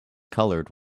colored